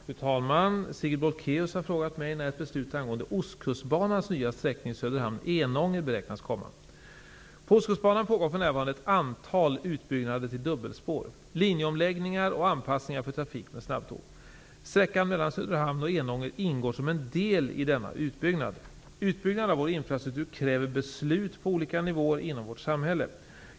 Fru talman! Sigrid Bolkéus har frågat mig när ett beslut angående Ostkustbanans nya sträckning På Ostkustbanan pågår för närvarande ett antal utbyggnader till dubbelspår, linjeomläggningar och anpassningar för trafik med snabbtåg. Sträckan mellan Söderhamn och Enånger ingår som en del i denna utbyggnad. Utbyggnaden av vår infrastruktur kräver beslut på olika nivåer inom vårt samhälle.